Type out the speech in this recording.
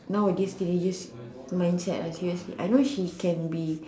nowadays teenagers mindset ah seriously I know she can be